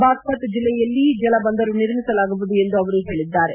ಬಾಗಪತ್ ಜಿಲ್ಲೆಯಲ್ಲಿ ಜಲ ಬಂದರು ನಿರ್ಮಿಸಲಾಗುವುದು ಎಂದು ಅವರು ಹೇಳಿದ್ದಾರೆ